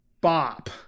bop